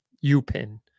U-PIN